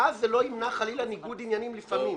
ואז זה לא ימנע חלילה ניגוד עניינים לפעמים.